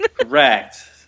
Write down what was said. Correct